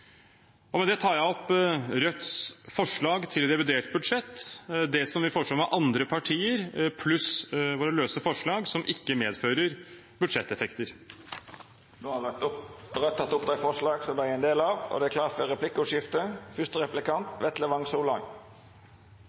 Med det tar jeg opp Rødts forslag til revidert budsjett, forslagene vi fremmer sammen med andre partier, pluss våre løse forslag, som ikke medfører budsjetteffekter. Då har Raudt teke opp dei forslaga dei er ein del av. Det vert replikkordskifte. Det som er betegnende for